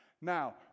Now